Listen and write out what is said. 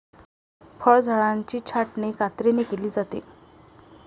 फळझाडांची छाटणी कात्रीने केली जाते